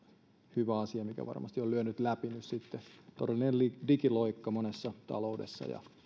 hyvä asia mikä varmasti on lyönyt läpi nyt todellinen digiloikka monessa taloudessa ja